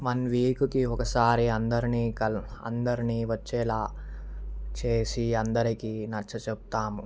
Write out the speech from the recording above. one వీకుకి ఒకసారి అందరినీ కలు అందరినీ వచ్చేలా చేసి అందరికీ నచ్చ చెప్తాము